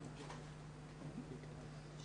בבקשה.